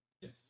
Yes